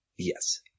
Yes